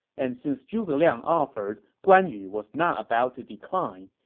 and since zhuge liang offered, guan yu was not about to decline.